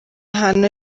ahantu